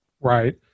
Right